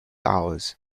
hours